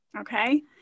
Okay